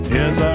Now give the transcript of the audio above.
Yes